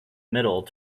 middle